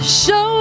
show